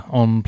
on